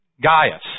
Gaius